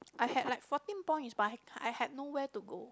I had like fourteen points but I I had nowhere to go